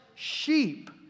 sheep